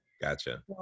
Gotcha